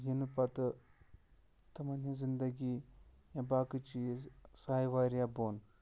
یِنہٕ پَتہٕ تِمَن ہِنٛز زِندٕگی یہ باقٕے چیٖز سۄ آیہِ واریاہ بوٚن